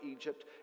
Egypt